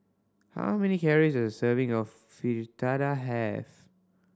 how many calories does a serving of Fritada have